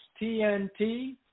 TNT